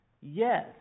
Yes